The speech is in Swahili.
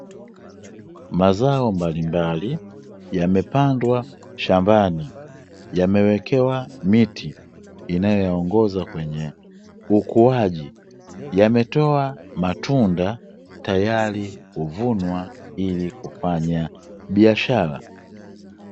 Mazao mbalimbali yamepandwa shambani, yamewekewa miti inayoyaongoza kwenye ukuaji, yametoa matunda tayari kuvunwa ili kufanya biashara.